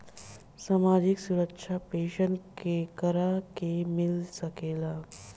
सामाजिक सुरक्षा पेंसन केकरा के मिल सकेला?